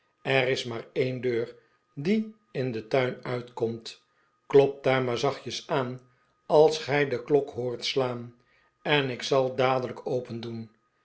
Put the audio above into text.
er is maar een deur die in den tuin uitkomt klop daar maar zachtjes aan als gij de klok hoort slaan en ik zal dadelijk opendoen